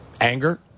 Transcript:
anger